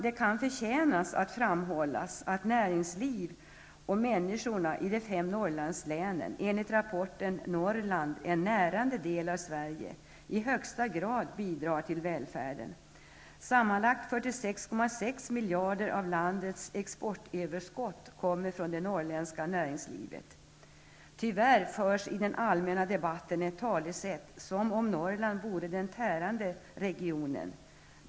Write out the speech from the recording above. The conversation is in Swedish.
Det kan förtjäna att framhållas att näringsliv och människor i de fem Norrlandslänen, enligt rapporten Norrland, en närande del av Sverige, i högsta grad bidrar till välfärden -- sammanlagt 46,6 miljarder av landets exportöverskott kommer från det norrländska näringslivet. Tyvärr förs den allmänna debatten på ett sådant sätt att det verkar som om Norrland vore den tärande regionen.